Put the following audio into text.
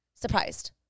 Surprised